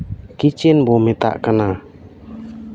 kitchen ᱵᱚᱱ ᱢᱮᱛᱟᱜ ᱠᱟᱱᱟ